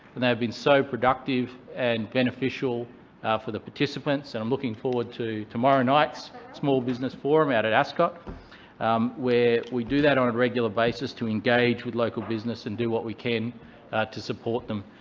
and they've been so productive and beneficial for the participants, and i'm looking forward to tomorrow night's small business forum out at ascot um where we do that on a regular basis to engage with local business and do what we can to support them.